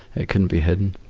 it couldn't be hidden.